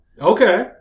Okay